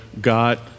God